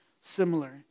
similar